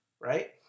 right